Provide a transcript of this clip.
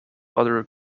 other